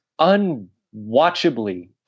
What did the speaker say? unwatchably